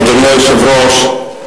אדוני היושב-ראש,